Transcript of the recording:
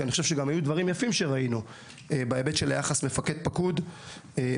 כי היו גם דברים יפים שראינו בהיבט של היחס מפקד-פקוד בבא"ח.